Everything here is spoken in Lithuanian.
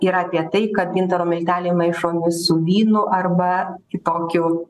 yra apie tai kad gintaro milteliai maišomi su vynu arba kitokiu